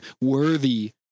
worthy